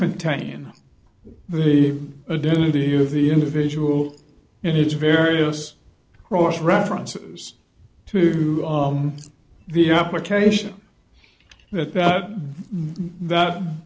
contain the identity of the individual and its various cross references to the application that that that